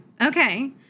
okay